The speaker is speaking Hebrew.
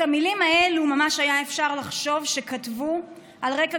את המילים האלה ממש היה אפשר לחשוב שכתבו על רקע